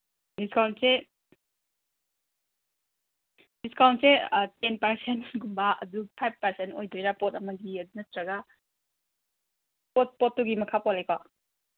ꯗꯤꯁꯀꯥꯎꯟꯁꯦ ꯗꯤꯁꯀꯥꯎꯟꯁꯦ ꯇꯦꯟ ꯄꯥꯔꯁꯦꯟꯒꯨꯝꯕ ꯑꯗꯨ ꯐꯥꯏꯚ ꯄꯥꯔꯁꯦꯟ ꯑꯣꯏꯗꯣꯏꯔꯥ ꯄꯣꯠ ꯑꯃꯒꯤ ꯑꯗꯨ ꯅꯠꯇ꯭ꯔꯒ ꯄꯣꯠ ꯄꯣꯠꯇꯨꯒꯤ ꯃꯈꯥ ꯄꯣꯜꯂꯤꯀꯣ